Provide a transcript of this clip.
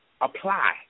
apply